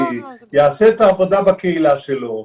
יעשה את העבודה בקהילה שלו,